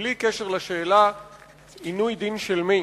בלי קשר לשאלה עינוי דין של מי.